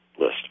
list